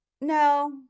No